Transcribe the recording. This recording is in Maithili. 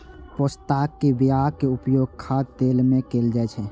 पोस्ताक बियाक उपयोग खाद्य तेल मे कैल जाइ छै